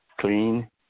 clean